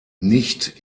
nicht